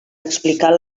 explicar